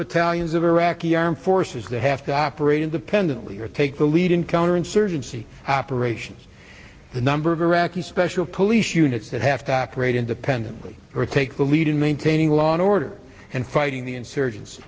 battalions of iraqi armed forces that have to operate independently or take the lead in counterinsurgency operations the number of iraqi special police units that have to operate independently or take the lead in maintaining law and order and fighting the insurgents